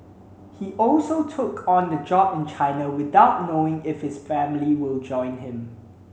he also took on the job in China without knowing if his family will join him